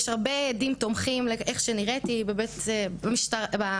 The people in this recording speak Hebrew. יש הרבה דין תומכים לאיך שנראיתי בבית חולים.